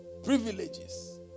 privileges